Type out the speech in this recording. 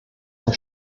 ein